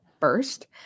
first